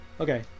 okay